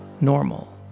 normal